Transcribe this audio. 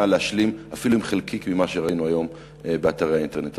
להשלים אפילו עם חלקיק ממה שראינו היום באתרי האינטרנט.